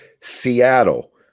Seattle